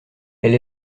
elle